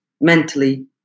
mentally